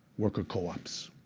worker co-ops.